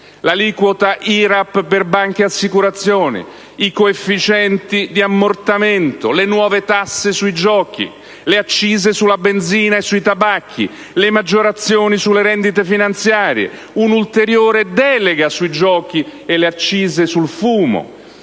l'aliquota IRAP per banche e assicurazioni, i coefficienti di ammortamento, le nuove tasse sui giochi, le accise sulla benzina e sui tabacchi, le maggiorazioni sulle rendite finanziarie, un'ulteriore delega sui giochi e le accise sul fumo,